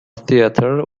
theatre